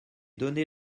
donné